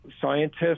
scientists